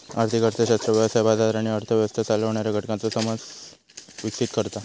आर्थिक अर्थशास्त्र व्यवसाय, बाजार आणि अर्थ व्यवस्था चालवणाऱ्या घटकांचो समज विकसीत करता